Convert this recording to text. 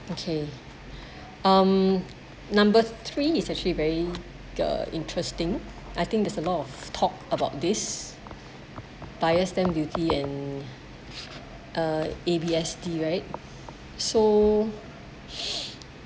okay um number three is actually very uh interesting I think there's a lot of talk about this buyer's stamp duty and uh A_B_S_D right so